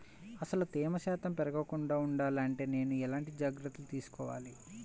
అసలు తేమ శాతం పెరగకుండా వుండాలి అంటే నేను ఎలాంటి జాగ్రత్తలు తీసుకోవాలి?